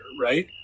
Right